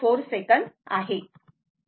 04 second आहे